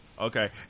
Okay